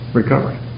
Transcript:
recovery